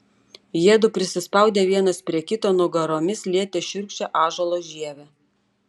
jiedu prisispaudė vienas prie kito nugaromis lietė šiurkščią ąžuolo žievę